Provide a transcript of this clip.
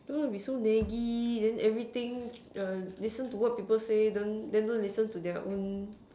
don't want to be so naggy then everything err listen to what people say then don't listen to their own